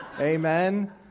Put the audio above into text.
Amen